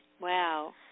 Wow